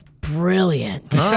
Brilliant